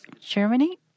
Germany